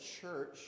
church